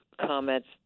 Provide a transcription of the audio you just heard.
comments